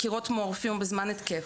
דקירות מורפיום בזמן התקף,